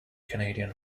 canadian